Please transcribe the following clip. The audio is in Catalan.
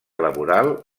laboral